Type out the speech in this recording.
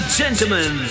gentlemen